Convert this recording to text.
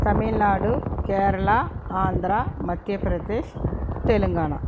Tamil Nadu Kerala Andhra Madhya Pradesh Telangana